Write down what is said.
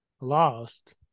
lost